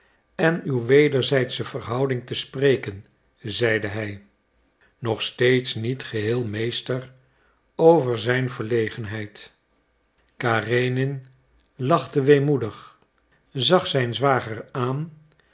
en uw wederzijdsche verhouding te spreken zeide hij nog steeds niet geheel meester over zijn verlegenheid karenin lachte weemoedig zag zijn zwager aan